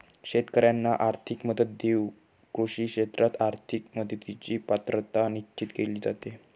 शेतकाऱ्यांना आर्थिक मदत देऊन कृषी क्षेत्रात आर्थिक मदतीची पात्रता निश्चित केली जाते